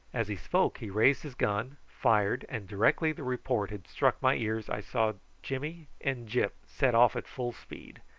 as he spoke he raised his gun, fired, and directly the report had struck my ears i saw jimmy and gyp set off at full speed.